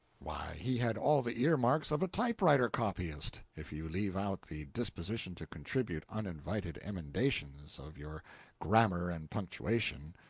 why, he had all the earmarks of a typewriter copyist, if you leave out the disposition to contribute uninvited emendations of your grammar and punctuation.